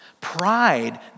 Pride